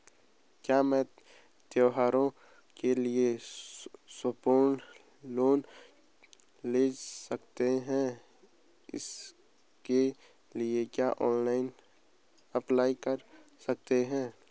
क्या हम त्यौहारों के लिए स्वर्ण लोन ले सकते हैं इसके लिए क्या ऑनलाइन अप्लाई कर सकते हैं?